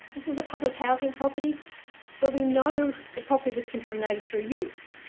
this is a public housing property where we know the property was contaminated through use.